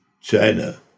China